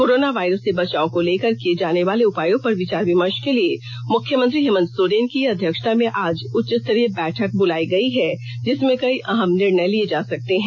corona virus से बचाव को लेकर किए जाने वाले उपायों पर विचार विमर्ष के लिए मुख्यमंत्री हेमंत सोरेन की अध्यक्षता में आज उच्चस्तरीय बैठक बुलाई गई है जिसमें कई अहम निर्णय लिये जा सकते हैं